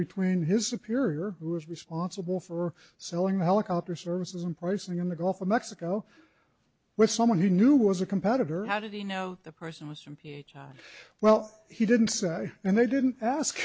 between his superior who was responsible for selling the helicopter services and pricing in the gulf of mexico with someone he knew was a competitor how did he know the person was from ph well he didn't say and they didn't ask